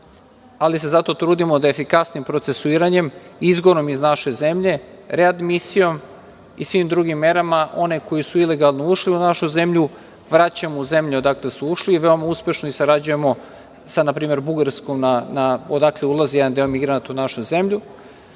ali se zato trudimo da efikasnim procesuiranjem, izgonom iz naše zemlje, readmisijom i svim drugim merama, one koji su ilegalno ušli u našu zemlju vraćamo u zemlju odakle su ušli i veoma uspešno sarađujemo sa na primer Bugarskom, odakle ulazi jedan deo migranata u našu zemlju